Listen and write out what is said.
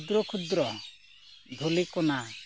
ᱠᱷᱩᱫᱨᱚ ᱠᱷᱩᱫᱨᱚ ᱫᱷᱩᱞᱤ ᱠᱚᱱᱟ